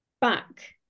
back